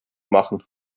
machen